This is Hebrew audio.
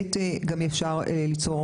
שנית, אפשר ליצור